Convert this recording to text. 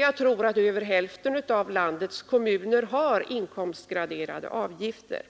Jag tror att över hälften av landets kommuner har inkomstgraderade avgifter.